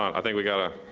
i think we gotta,